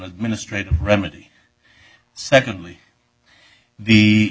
administrative remedy secondly the